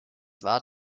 war